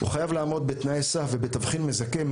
האדם חייב לעמוד בתנאי סף ובתבחין מזכה.